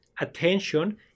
attention